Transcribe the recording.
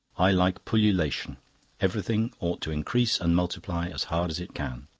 i like pullulation everything ought to increase and multiply as hard as it can.